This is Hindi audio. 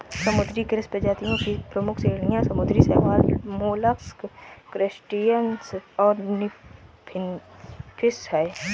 समुद्री कृषि प्रजातियों की प्रमुख श्रेणियां समुद्री शैवाल, मोलस्क, क्रस्टेशियंस और फिनफिश हैं